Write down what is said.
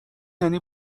یعنی